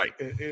Right